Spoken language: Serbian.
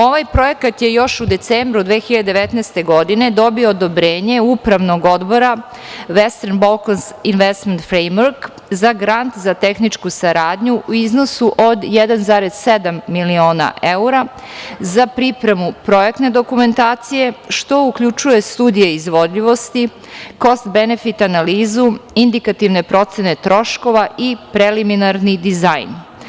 Ovaj projekat je još u decembru 2019. godine dobio odobrenje upravnog odbora "Western Balkans Investment Framework" za grant za tehničku saradnju u iznosu od 1,7 miliona evra za pripremu projektne dokumentacije, što uključuje studije izvodljivosti, kost benefit analizu, indikativne procene troškova i preliminarni dizajn.